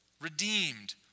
redeemed